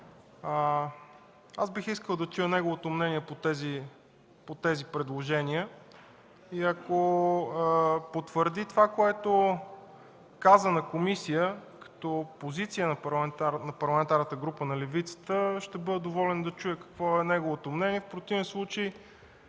Аз бих искал да чуя неговото мнение по тези предложения и ако потвърди това, което каза в комисията, като позиция на Парламентарната група на левицата, ще бъда доволен да чуя какво е неговото мнение. В противен случай